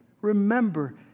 remember